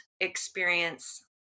experience